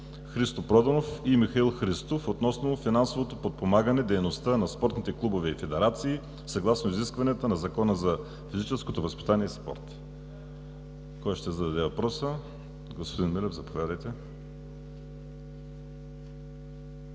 Христо Проданов и Михаил Христов относно финансовото подпомагане дейността на спортните клубове и федерации съгласно изискванията на Закона за физическото възпитание и спорта. Кой ще зададе въпроса? Господин Милев, заповядайте.